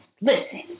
listen